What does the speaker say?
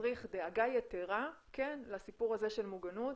מצריך דאגה יתרה כן לסיפור הזה של מוגנות